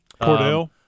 Cordell